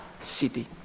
City